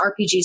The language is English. RPGs